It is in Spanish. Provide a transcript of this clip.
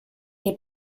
que